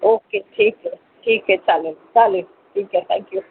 okay ठीक आहे ठीक आहे चालेल चालेल ठीक आहे थँक्यू